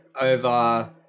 over